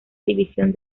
división